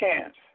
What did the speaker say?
chance